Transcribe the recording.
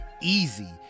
Easy